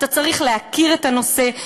אתה צריך להכיר את הנושא,